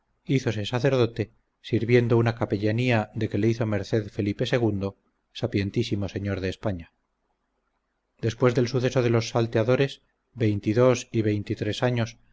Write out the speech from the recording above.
es ronda hízose sacerdote sirviendo una capellanía de que le hizo merced felipe ii sapientísimo rey de españa después del suceso de los salteadores veinte y dos